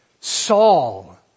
Saul